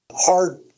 hard